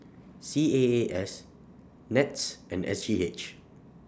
C A A S Nets and S G H